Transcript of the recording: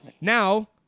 Now